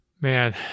Man